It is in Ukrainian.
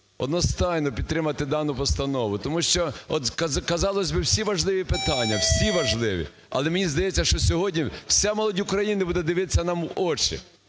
одностайно підтримати дану постанову. Тому що, от, казалось би, всі важливі питання, всі важливі. Але мені здається, що сьогодні вся молодь України буде дивитися нам в очі.